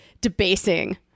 debasing